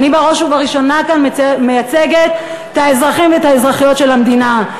אני בראש ובראשונה כאן מייצגת את האזרחים והאזרחיות של המדינה,